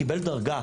קיבל דרגה,